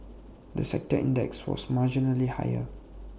the sector index was marginally higher